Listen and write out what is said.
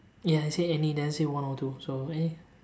ya it say any doesn't say one or two so eh